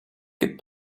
good